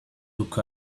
look